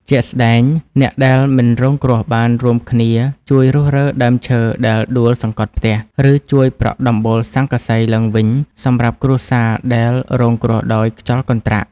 ជាក់ស្តែង អ្នកដែលមិនរងគ្រោះបានរួមគ្នាជួយរុះរើដើមឈើដែលដួលសង្កត់ផ្ទះ ឬជួយប្រក់ដំបូលស័ង្កសីឡើងវិញ សម្រាប់គ្រួសារដែលរងគ្រោះដោយខ្យល់កន្ត្រាក់។